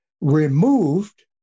removed